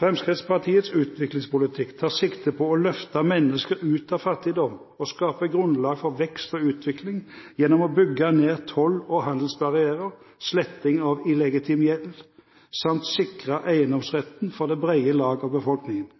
Fremskrittspartiets utviklingspolitikk tar sikte på å løfte mennesker ut av fattigdom og skape grunnlag for vekst og utvikling gjennom å bygge ned toll- og handelsbarrierer, sletting av illegitim gjeld samt å sikre eiendomsretten for det brede lag av befolkningen.